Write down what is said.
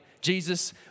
Jesus